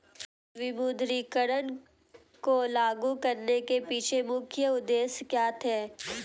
विमुद्रीकरण को लागू करने के पीछे मुख्य उद्देश्य क्या थे?